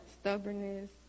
Stubbornness